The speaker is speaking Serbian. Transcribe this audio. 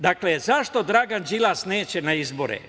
Dakle, zašto Dragan Đilas neće na izbore?